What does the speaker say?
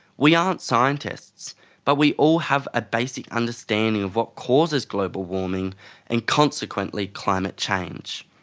we aren't scientists but we all have a basic understanding of what causes global warming and consequently climate change.